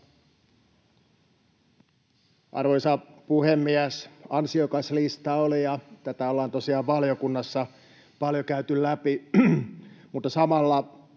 Arvoisa puhemies! Ansiokas lista oli, ja tätä ollaan tosiaan valiokunnassa paljon käyty läpi, mutta samalla